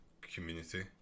community